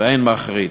ואין מחריד".